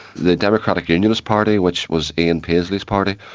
the democratic unionist party, which was ian paisley's party,